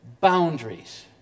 boundaries